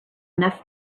enough